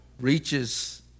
reaches